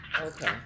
Okay